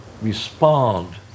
respond